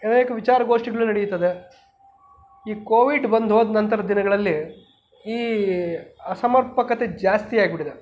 ಅನೇಕ ವಿಚಾರಗೋಷ್ಠಿಗಳು ನಡೆಯುತ್ತದೆ ಈ ಕೋವಿಡ್ ಬಂದು ಹೋದ ನಂತರದ ದಿನಗಳಲ್ಲಿ ಈ ಅಸಮರ್ಪಕತೆ ಜಾಸ್ತಿಯಾಗ್ಬಿಟ್ಟಿದ್ದಾವೆ